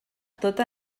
tot